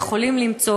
והם יכולים למצוא,